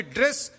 dress